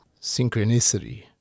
synchronicity